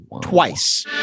twice